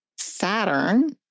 Saturn